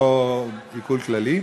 לא עיקול כללי.